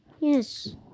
Yes